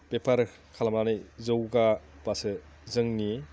बेपार खालामनानै जौगाबासो जोंनि